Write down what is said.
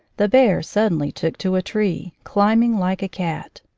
the bear suddenly took to a tree, climb ing like a cat.